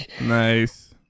Nice